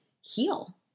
heal